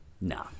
No